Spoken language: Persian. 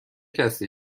کسی